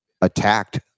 attacked